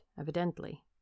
evidently